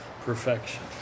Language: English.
perfection